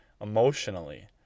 emotionally